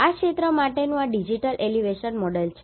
આ ક્ષેત્ર માટેનું આ ડિજિટલ એલિવેશન મોડેલ છે